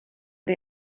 der